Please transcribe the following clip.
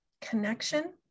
connection